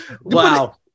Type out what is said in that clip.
wow